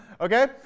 Okay